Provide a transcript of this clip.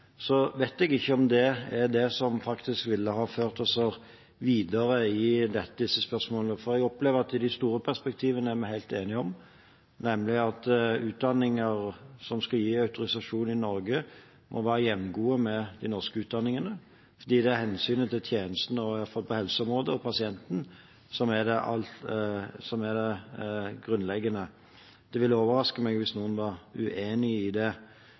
vet jeg ikke om det er det som ville ha ført oss videre i disse spørsmålene. Jeg opplever at vi er helt enige om de store perspektivene, nemlig at utdanninger som skal gi autorisasjon i Norge, må være jevngode med de norske utdanningene, fordi det er hensynet til tjenesten – iallfall på helseområdet – og pasienten som er det grunnleggende. Det ville overraske meg hvis noen var uenig i det.